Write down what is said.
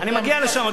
אני מגיע לשם,